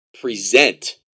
present